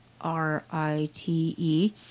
R-I-T-E